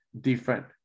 different